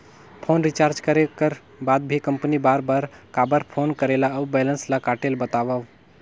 Phone recharge करे कर बाद भी कंपनी बार बार काबर फोन करेला और बैलेंस ल काटेल बतावव?